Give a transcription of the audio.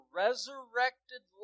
resurrected